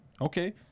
Okay